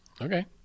Okay